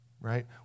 right